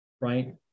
Right